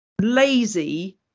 lazy